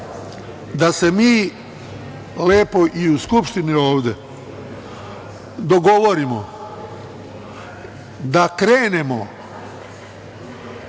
da se mi lepo i u Skupštini ovde dogovorimo da krenemo